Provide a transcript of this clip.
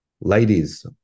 Ladies